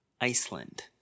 iceland